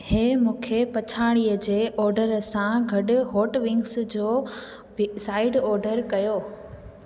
इहा मूंखे पछाड़ीअ जे ऑडर सां गॾु हॉट विंग्स जो बि साइड ऑडर कयो